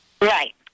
Right